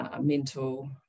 mental